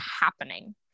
happening